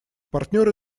партнеры